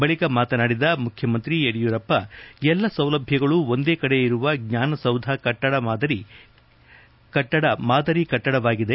ಬಳಿಕ ಮಾತನಾಡಿದ ಮುಖ್ಯಮಂತ್ರಿ ಯಡಿಯೂರಪ್ಪ ಎಲ್ಲಾ ಸೌಲಭ್ಯಗಳು ಒಂದೇ ಕಡೆ ಇರುವ ಜ್ಞಾನ ಸೌಧ ಕಟ್ಟಡ ಮಾದರಿ ಕಟ್ಟಡವಾಗಿದೆ